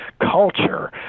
culture